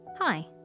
Hi